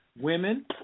women